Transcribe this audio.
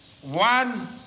one